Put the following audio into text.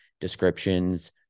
descriptions